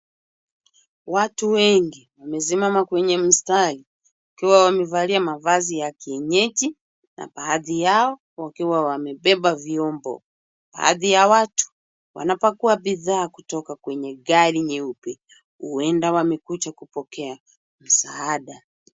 Watu wengi wamesimama kwenye mstari wakiwa wamevalia mavazi ya kienyeji na baadhi yao wakiwa wamebeba vyombo, baadhi ya watu wanapakua bidhaa kutoka kwenye gari nyeupe, huenda wamekuja kupokea msaada.